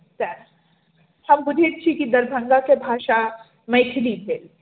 तऽ सहए हम बुझैत छियै कि दरभङ्गाके भाषा मैथिली भेल